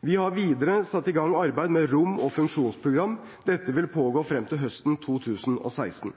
Vi har videre satt i gang arbeidet med rom- og funksjonsprogram. Dette vil pågå frem til høsten 2016.